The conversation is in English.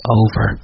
over